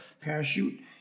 parachute